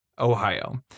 Ohio